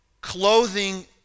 clothing